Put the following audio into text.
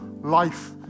life